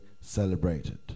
celebrated